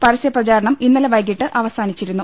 പരസ്യപ്രചാരണം ഇന്നലെ വൈകിട്ട് അവസാനിച്ചിരുന്നു